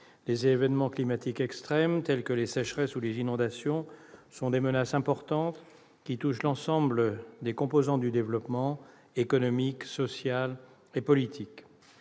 Les événements climatiques extrêmes tels que les sécheresses ou les inondations sont des menaces importantes qui touchent l'ensemble des composantes- économique, sociale et politique